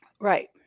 Right